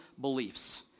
beliefs